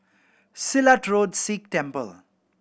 Silat Road Sikh Temple